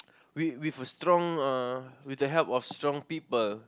with with a strong uh with the help of strong people